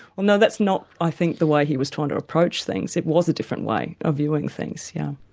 well no, that's not i think the way he was trying to approach things, it was a different way of viewing things, yeah